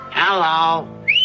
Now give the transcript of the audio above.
Hello